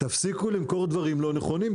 תפסיקו למכור דברים לא נכונים.